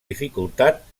dificultat